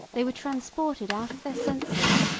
they were transported out of their senses,